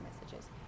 messages